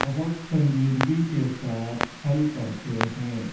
بہت سنجیدگی کے ساتھ حل کرتے ہیں